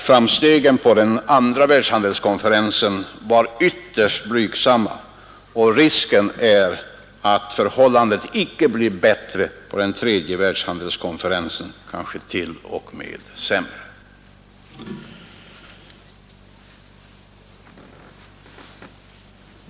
Framstegen på den andra världshandelskonferensen var ytterst blygsamma, och risk är att förhållandet inte blir bättre på den tredje världshandelskonferensen, kanske t.o.m. sämre.